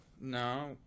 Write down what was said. No